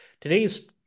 Today's